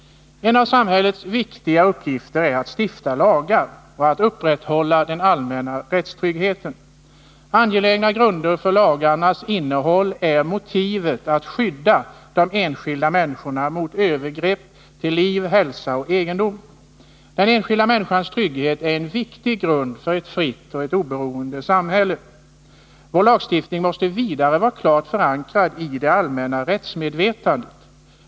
En av samhällets viktiga uppgifter är att stifta lagar och att upprätthålla den allmänna rättstryggheten. En angelägen grund för lagarnas innehåll är motivet att skydda de enskilda människorna mot övergrepp till liv, hälsa och egendom. Den enskilda människans trygghet är en viktig grund för ett fritt och oberoende samhälle. Vår lagstiftning måste vidare vara klart förankrad i det allmänna rättsmedvetandet.